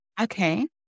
Okay